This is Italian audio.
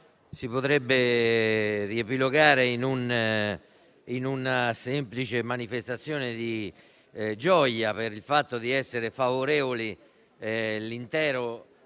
si potrebbe riepilogare in una semplice manifestazione di gioia per il fatto di essere favorevoli tutti,